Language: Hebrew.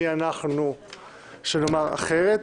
מי אנחנו שנאמר אחרת?